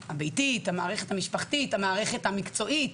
הביתית, המשפחתית, המקצועית,